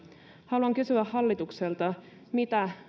haluan kysyä hallitukselta mitä